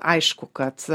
aišku kad